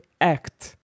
ACT